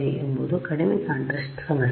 5 ಎಂಬುದು ಕಡಿಮೆ ಕಾಂಟ್ರಾಸ್ಟ್ ಸಮಸ್ಯೆ